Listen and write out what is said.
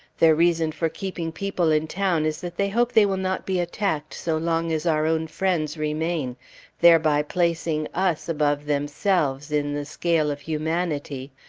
their reason for keeping people in town is that they hope they will not be attacked so long as our own friends remain thereby placing us above themselves in the scale of humanity,